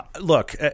look